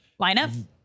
lineup